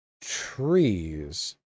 trees